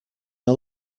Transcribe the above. are